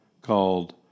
called